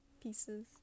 pieces